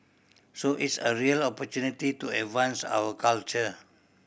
so it's a real opportunity to advance our culture